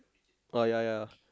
oh ya ya